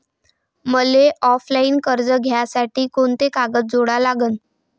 मले ऑफलाईन कर्ज घ्यासाठी कोंते कागद जोडा लागन?